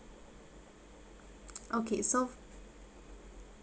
okay so